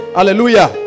Hallelujah